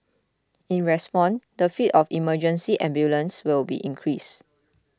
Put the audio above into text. in response the fleet of emergency ambulances will be increased